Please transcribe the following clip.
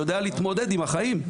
שיודע להתמודד עם החיים.